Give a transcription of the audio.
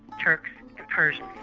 turks and persians.